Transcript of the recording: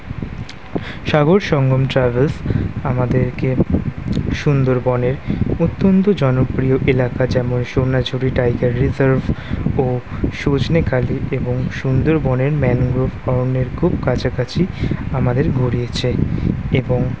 সাগর Sangam travels আমাদেরকে সুন্দরবনের অত্যন্ত জনপ্রিয় এলাকা যেমন সোনাঝুড়ি টাইপের রিজার্ভ ও সজনেখালি এবং সুন্দরবনের ম্যানগ্রোভ অরন্যের খুব কাছাকাছি আমাদের ঘুরিয়েছে এবং